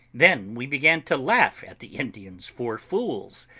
then we began to laugh at the indians for fools,